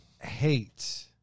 hate